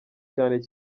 cyane